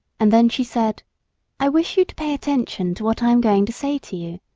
and then she said i wish you to pay attention to what i am going to say to you.